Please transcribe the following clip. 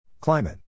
Climate